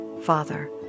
Father